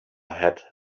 had